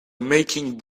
making